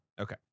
Okay